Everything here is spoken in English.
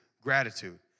gratitude